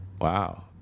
wow